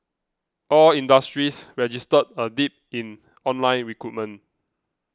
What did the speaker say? all industries registered a dip in online recruitment